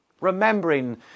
remembering